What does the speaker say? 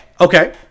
Okay